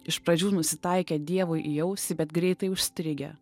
iš pradžių nusitaikę dievui į ausį bet greitai užstrigę